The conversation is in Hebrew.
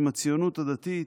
עם הציונות הדתית".